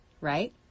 right